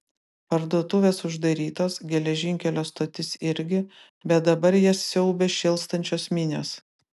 parduotuvės uždarytos geležinkelio stotis irgi bet dabar jas siaubia šėlstančios minios